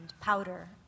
powder